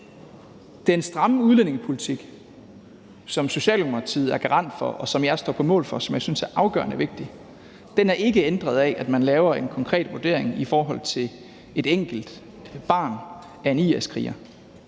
den stramme udlændingepolitik, som Socialdemokratiet er garant for, og som jeg står på mål for og synes er afgørende vigtig, er ikke ændret af, at man foretager en konkret vurdering i forhold til et enkelt barn af en IS-kriger.